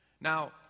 now